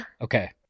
Okay